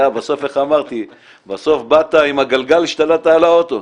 בסוף באת עם הגלגל והשתלטת על האוטו.